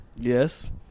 Yes